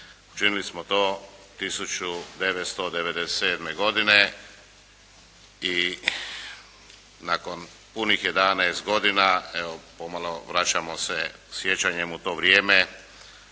učini smo to 1997. godine i nakon punih 11 godina, evo pomalo vračamo se sjećanjem u to vrijeme,